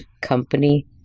company